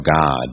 God